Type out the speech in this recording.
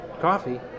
coffee